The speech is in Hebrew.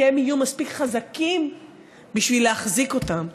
כי הם יהיו מספיק חזקים להחזיק אותם.